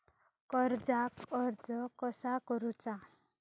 कर्जाक अर्ज कसा करुचा?